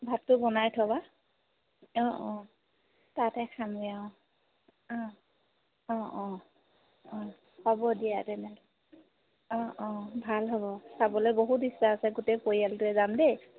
ভাতটো বনাই থ'বা অঁ অঁ তাতে খামগে অঁ অঁ অঁ অঁ অঁ হ'ব দিয়া তেনেহ'লে অঁ অঁ ভাল হ'ব চাবলৈ বহুত ইচ্ছা আছে গোটেই পৰিয়ালটোৱে যাম দেই